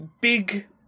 big